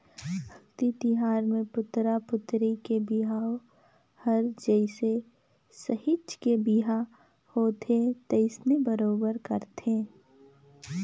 अक्ती तिहार मे पुतरा पुतरी के बिहाव हर जइसे सहिंच के बिहा होवथे तइसने बरोबर करथे